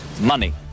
money